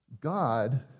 God